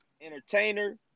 entertainer